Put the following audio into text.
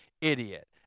idiot